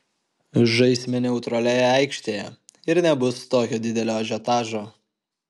žaisime neutralioje aikštėje ir nebus tokio didelio ažiotažo